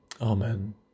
Amen